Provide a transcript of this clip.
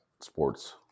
sports